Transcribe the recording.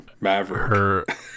Maverick